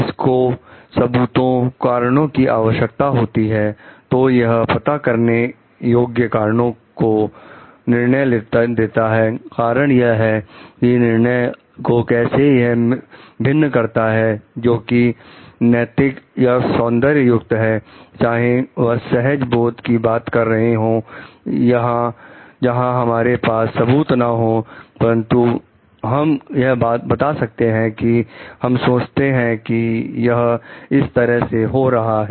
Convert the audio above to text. इसको सबूतों कारणों की आवश्यकता होती है तो यह पता करने योग्य कारणों को निर्णय देता है कारण यह है कि निर्णय को कैसे यह भिन्न करता है जो कि नैतिक या सौंदर्य युक्त है चाहे वह सहज बोध की बात कर रहे हो जहां हमारे पास सबूत ना हो परंतु हम यह बता सकते हैं कि हम सोचते हैं कि यह इस तरह से हो रहा है